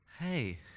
hey